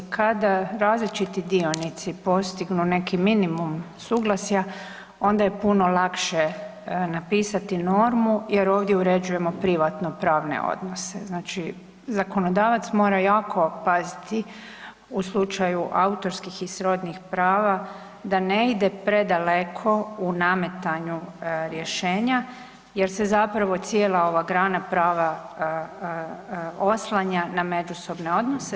Kada različiti dionici postignu neki minimum suglasja onda je puno lakše napisati normu jer ovdje uređujemo privatno pravne odnosne, znači zakonodavac mora jako paziti u slučaju autorskih i srodnih prava da ne ide predaleko u nametanju rješenja jer se zapravo cijela ova grana prava oslanja na međusobne odnose.